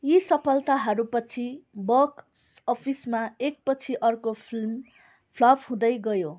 यी सफलताहरूपछि बक्स अफिसमा एकपछि अर्को फिल्म फ्लप हुँदै गयो